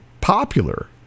popular